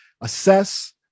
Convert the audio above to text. assess